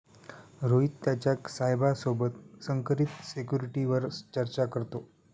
रोहित त्याच्या साहेबा सोबत संकरित सिक्युरिटीवर चर्चा करतो